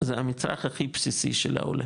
זה המצרך הכי בסיסי של העולה